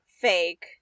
fake